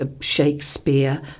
Shakespeare